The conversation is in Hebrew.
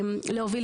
את ההשכלה שלו,